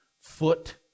foot